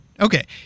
Okay